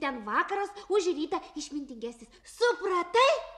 ten vakaras už rytą išmintingesnis supratai